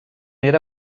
era